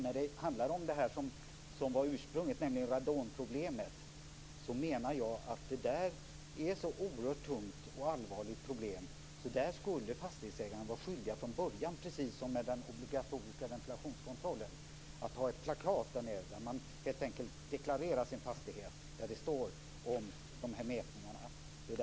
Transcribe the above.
När det gäller det som var ursprunget, nämligen radonproblemet, menar jag att det är ett så oerhört tungt och allvarligt problem att fastighetsägarna skulle vara skyldiga att från början, precis som med den obligatoriska ventilationskontrollen, ha ett plakat där man helt enkelt deklarerar sin fastighet och där det står om de här mätningarna.